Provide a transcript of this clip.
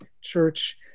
church